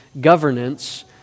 governance